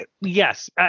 Yes